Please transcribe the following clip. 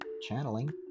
channeling